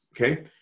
Okay